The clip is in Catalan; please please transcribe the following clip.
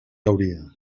hauria